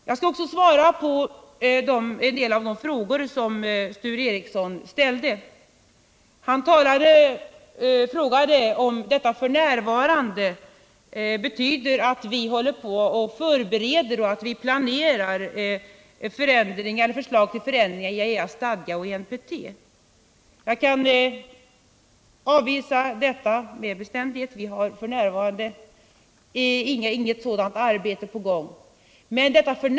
Jag skall också svara på de frågor Sture Ericson ställde. Han frågade om uttrycket ”f. n.” betyder att vi håller på att förbereda och planera förslag till förändringar i IAEA-stadgan och NPT. Jag kan med bestämdhet avvisa detta. Inget sådant arbete är på gång. Uttrycket ”f.